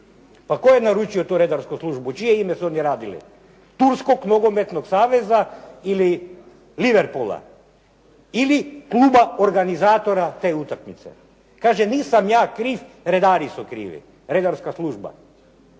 Pa tko je naručio tu redarsku službu? U čije ime su oni radili? Turskog nogometnog saveza ili Liverpoola ili kluba organizatora te utakmice. Kaže, nisam ja kriv, redari su krivi, redarska služba.